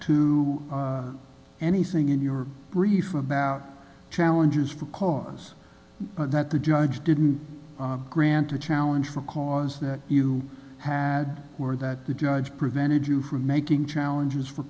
to anything in your brief about challenges for cause that the judge didn't grant a challenge for cause that you had or that the judge prevented you from making challenges for